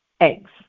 eggs